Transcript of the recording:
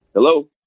Hello